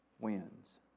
wins